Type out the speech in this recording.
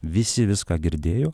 visi viską girdėjo